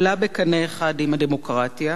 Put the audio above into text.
עולה בקנה אחד עם הדמוקרטיה?